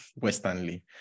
westernly